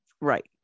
Right